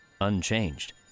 unchanged